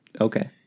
Okay